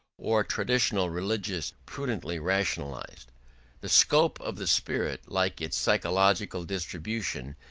or traditional religion prudently rationalised the scope of the spirit, like its psychological distribution,